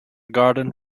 garden